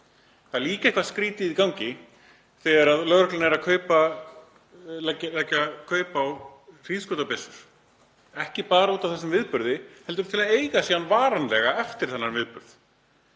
Það er líka eitthvað skrýtið í gangi þegar lögreglan er að festa kaup á hríðskotabyssum, ekki bara út af þessum viðburði heldur til að eiga síðan varanlega eftir þennan viðburð.